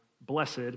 Blessed